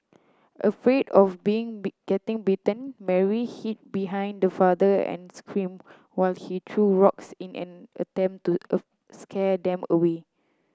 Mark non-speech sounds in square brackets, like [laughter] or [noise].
afraid of been [unintelligible] getting bitten Mary hid behind the father and screamed while he threw rocks in an attempt to [unintelligible] scare them away